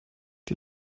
die